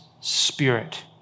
spirit